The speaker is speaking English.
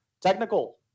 Technical